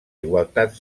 igualtat